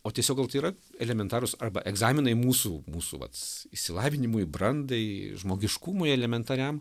o tiesiog gal tai yra elementarūs arba egzaminai mūsų mūsų vats išsilavinimui brandai žmogiškumui elementariam